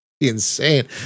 Insane